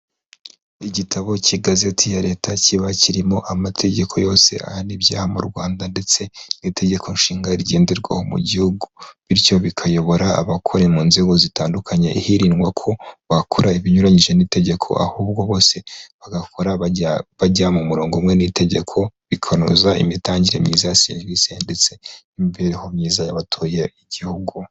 Igitabo cy'igazeti ya leta kiba kirimo amategeko yose ahana ibyaha mu rwanda ndetse n'itegeko nshinga rigenderwaho mu gihugu, bityo bikayobora abakora mu nzego zitandukanye, hirindwa ko bakora ibiranyije n'itegeko ahubwo bose bagakora bajya mu murongo umwe n'itegeko, bikanoza imitangire myiza ya serivisee ndetse n'imibereho myiza y'abatuye igihugu.